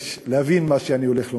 להבין מה שאני הולך לומר.